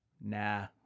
nah